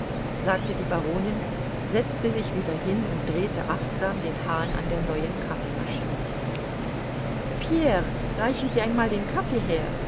sagte die baronin setzte sich wieder hin und drehte achtsam den hahn an der neuen kaffeemaschine pierre reichen sie einmal den kaffee her